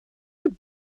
would